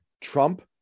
Trump